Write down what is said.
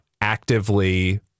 actively